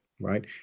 right